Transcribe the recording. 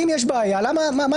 אם יש בעיה מה העניין?